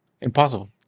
Impossible